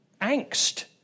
angst